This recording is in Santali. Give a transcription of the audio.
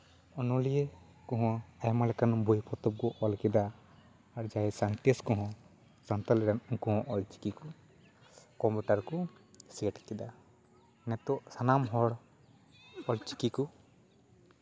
ᱚᱱᱚᱞᱤᱭᱟᱹ ᱠᱚᱦᱚᱸ ᱟᱭᱢᱟ ᱞᱮᱠᱟᱱ ᱵᱳᱭ ᱯᱚᱛᱚᱵᱽ ᱠᱚ ᱚᱞ ᱠᱮᱫᱟ ᱟᱨ ᱡᱟᱦᱟᱸᱭ ᱥᱟᱭᱮᱱᱴᱤᱥ ᱠᱚᱦᱚᱸ ᱥᱟᱱᱛᱟᱞ ᱨᱮᱱ ᱩᱱᱠᱩ ᱦᱚᱸ ᱚᱞᱪᱤᱠᱤ ᱠᱚ ᱠᱚᱢᱯᱤᱭᱩᱴᱟᱨ ᱨᱮᱠᱚ ᱥᱮᱴ ᱠᱮᱫᱟ ᱱᱤᱛᱚᱜ ᱥᱟᱱᱟᱢ ᱦᱚᱲ ᱚᱞᱪᱤᱠᱤ ᱠᱚ